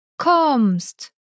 Kommst